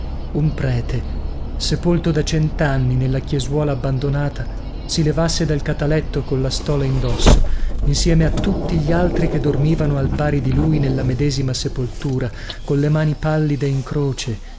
un prete sepolto da centanni nella chiesuola abbandonata si levasse dal cataletto colla stola indosso insieme a tutti gli altri che dormivano insieme a lui nella medesima sepoltura colle mani pallide in croce